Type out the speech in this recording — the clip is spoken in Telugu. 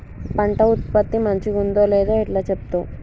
పంట ఉత్పత్తి మంచిగుందో లేదో ఎట్లా చెప్తవ్?